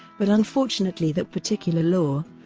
but unfortunately that particular law,